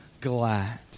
glad